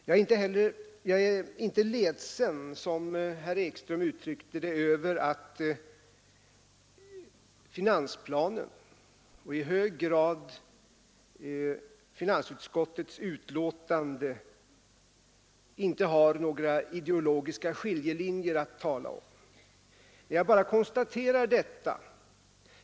Jag är inte ledsen, som herr Ekström uttryckte det, över att finansplanen och i hög grad finansutskottets betänkande inte innehåller några ideologiska skiljelinjer att tala om. Jag bara konstaterar detta.